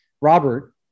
Robert